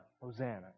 Hosanna